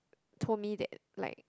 told me that like